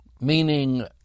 Meaning